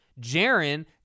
Jaron